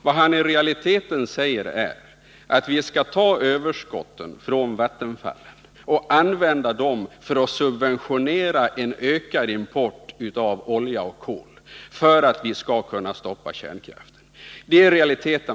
Vad han i realiteten säger är att vi skall ta överskotten från Vattenfall och använda dem för att subventionera en ökad import av olja och kol och att vi därmed skall kunna stoppa kärnkraften.